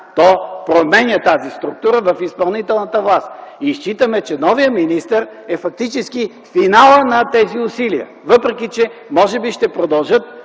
То променя тази структура в изпълнителната власт. Считаме, че новият министър фактически е финалът на тези усилия, въпреки че може би ще продължат